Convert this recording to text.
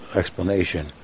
explanation